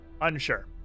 Unsure